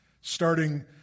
starting